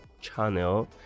channel